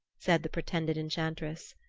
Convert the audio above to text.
said the pretended enchantress.